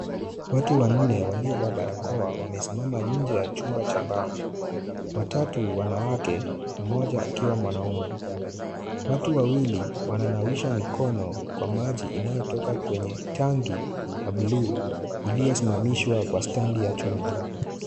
Watu wanne waliovaa barakoa wamesimama nje ya chumba cha mbao. Watatu wanawake, mmoja akiwa mwanaume. Watu wawili wananawisha mikono kwa maji inayotoka kwenye tangi ya buluu iliyosimamishwa kwa standi ya chuma.